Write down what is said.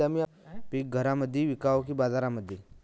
पीक घरामंदी विकावं की बाजारामंदी?